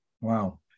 Wow